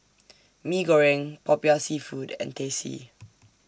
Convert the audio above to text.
Mee Goreng Popiah Seafood and Teh C